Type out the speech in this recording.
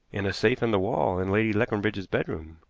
in a safe in the wall in lady leconbridge's bedroom.